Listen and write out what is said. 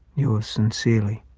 yours sincerely,